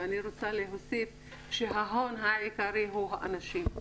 ואני רוצה להוסיף שההון העיקרי הוא האנשים.